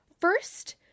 First